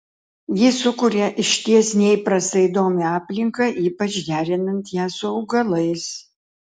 ji sukuria išties neįprastą įdomią aplinką ypač derinant ją su augalais